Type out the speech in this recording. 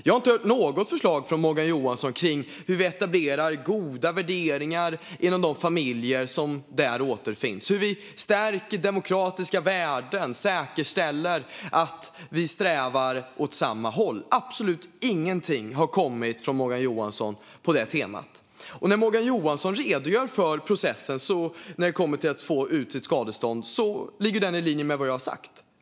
Jag har inte hört något förslag från Morgan Johansson kring hur vi etablerar goda värderingar inom de familjer som där återfinns, hur vi stärker demokratiska värden och säkerställer att vi strävar åt samma håll. Absolut ingenting har kommit från Morgan Johansson på det temat. När Morgan Johansson redogör för processen för att få ut sitt skadestånd ligger det i linje med vad jag har sagt.